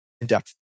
in-depth